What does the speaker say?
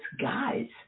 guys